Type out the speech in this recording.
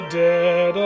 dead